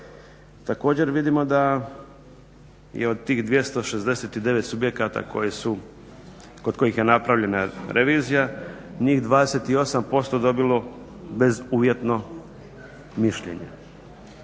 Također vidimo da je od tih 269 subjekata koje su, kod kojih je napravljena revizija njih 28% dobilo bezuvjetno mišljenje.